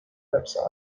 website